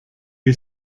you